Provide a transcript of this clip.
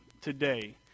today